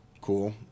cool